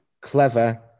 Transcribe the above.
clever